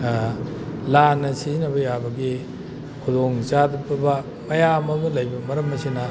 ꯂꯥꯟꯅ ꯁꯤꯖꯤꯟꯅꯕ ꯌꯥꯕꯒꯤ ꯈꯨꯗꯣꯡ ꯆꯥꯕ ꯃꯌꯥꯝ ꯑꯃ ꯂꯩꯕ ꯃꯔꯝ ꯑꯁꯤꯅ